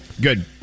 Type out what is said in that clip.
Good